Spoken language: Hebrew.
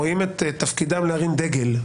רואים את תפקידם להרים דגל.